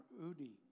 Udi